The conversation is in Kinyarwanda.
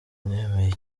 nemeye